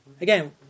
again